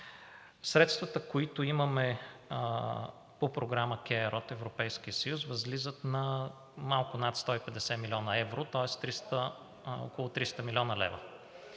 Средствата, които имаме по програма CARE от Европейския съюз, възлизат на малко над 150 млн. евро, тоест около 300 млн. лв.